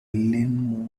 learn